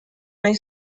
nahi